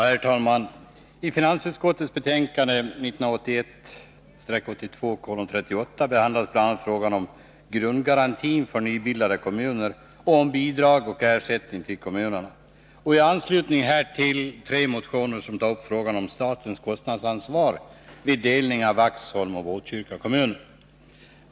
Herr talman! I finansutskottets betänkande 1981/82:38 behandlas bl.a. frågan om grundgaranti för nybildade kommuner och om bidrag och ersättningar till kommunerna och i anslutning härtill tre motioner som tar upp frågan om statens kostnadsansvar vid delning av Vaxholms och Botkyrka kommuner.